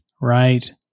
right